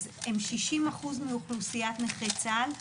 אז הם 60% מאוכלוסיית נכי צה"ל.